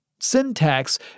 Syntax